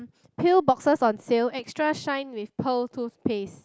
pill boxes on sale extra shine with pearl toothpaste